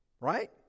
Right